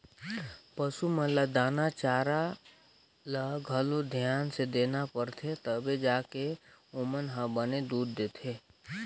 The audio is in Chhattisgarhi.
पसू मन ल दाना चारा ल घलो धियान से देना परथे तभे जाके ओमन ह बने दूद देथे